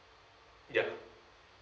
ya